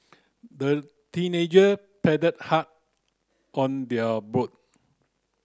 the teenager paddled hard on their boat